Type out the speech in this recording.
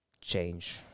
change